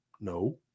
No